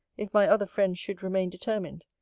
if my other friends should remain determined.